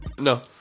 No